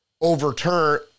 overturn